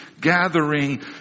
gathering